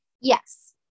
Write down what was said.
Yes